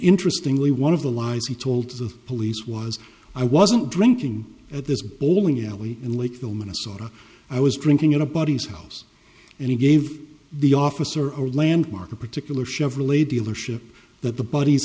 interestingly one of the lies he told to the police was i wasn't drinking at this bowling alley in lakeville minnesota i was drinking at a buddy's house and he gave the officer or landmark a particular chevrolet dealership that the b